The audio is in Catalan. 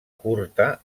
curta